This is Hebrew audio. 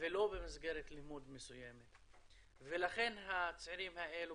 ולא במסגרת לימוד מסוימת, לכן חלק מהצעירים האלה